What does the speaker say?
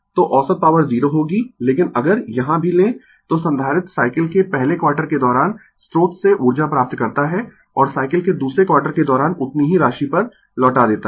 तो औसत पॉवर 0 होगी लेकिन अगर यहां भी लें तो संधारित्र साइकिल के पहले क्वार्टर के दौरान स्रोत से ऊर्जा प्राप्त करता है और साइकिल के दूसरे क्वार्टर के दौरान उतनी ही राशि पर लौटा देता है